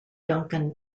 duncan